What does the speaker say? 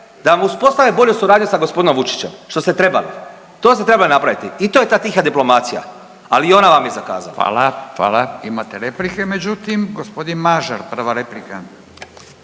da vam uspostave bolju suradnju sa g. Vučićem, što ste trebali, to ste trebali napraviti i to je ta tiha diplomacija, ali i ona vam je zakazala. **Radin, Furio (Nezavisni)** Hvala. Hvala. Imate replike međutim. G. Mažar, prva replika.